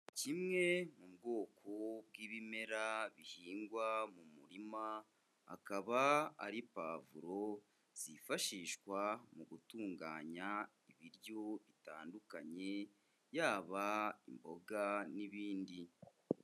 Kimwe mu bwoko bw'ibimera bihingwa mu murima, akaba ari pavuro zifashishwa mu gutunganya ibiryo bitandukanye yaba imboga n'ibindi.